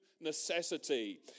necessity